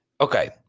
Okay